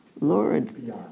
lord